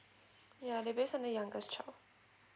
ya they based on the youngest child